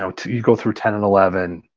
so to go through ten and eleven,